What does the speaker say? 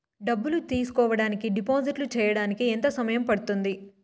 డబ్బులు తీసుకోడానికి డిపాజిట్లు సేయడానికి ఎంత సమయం పడ్తుంది